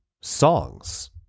songs